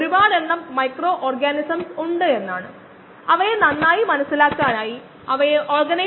dye exclusion plating എന്നിവ പോലുള്ള കോശങ്ങളുടെ സാന്ദ്രതയ്ക്കുള്ള മാർഗ്ഗങ്ങൾ